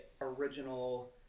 original